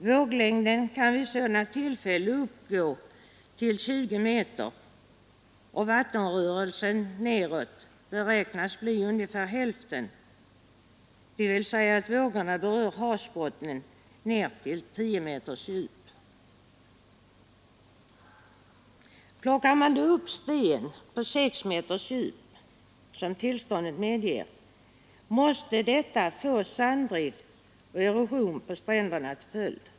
Våglängden kan vid sådana tillfällen uppgå till 20 meter. Vattenrörelsen nedåt beräknas bli ungefär hälften, dvs. vågorna berör havsbottnen ned till 10 meters djup. Plockar man då upp sten på 6 meters djup, som tillståndet medger, måste detta få sanddrift och erosion på stränderna till följd.